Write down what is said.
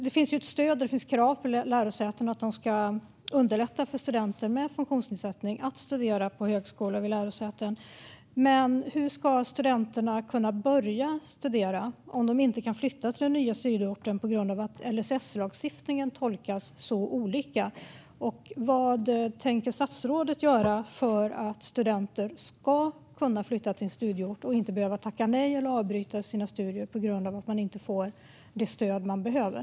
Det finns ett stöd och det finns krav på lärosätena att de ska underlätta för studenter med funktionsnedsättning att studera. Men hur ska studenterna kunna börja studera om de inte kan flytta till den nya studieorten på grund av att LSS tolkas så olika? Vad tänker statsrådet göra för att studenter ska kunna flytta till en studieort och inte behöva tacka nej till eller avbryta sina studier för att de inte får det stöd de behöver?